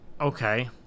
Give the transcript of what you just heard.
Okay